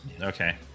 Okay